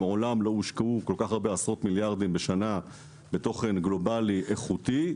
מעולם לא הושקעו כל כך הרבה עשרות מיליארדים בשנה בתוכן גלובלי איכותי.